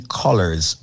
colors